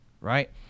right